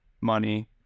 money